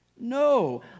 no